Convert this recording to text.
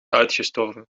uitgestorven